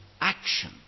action